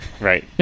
Right